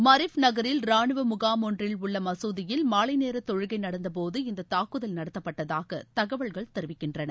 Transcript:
Marib நகரில் ராணுவ முகாம் ஒன்றில் உள்ள மசூதியில் மாலை நேர தொழுகை நடந்த போது இந்த தாக்குதல் நடத்தப்பட்டதாக தகவல்கள் தெரவிக்கின்றன